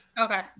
Okay